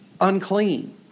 unclean